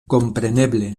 kompreneble